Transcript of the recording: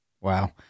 Wow